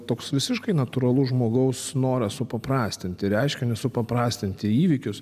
toks visiškai natūralus žmogaus noras supaprastinti reiškinius supaprastinti įvykius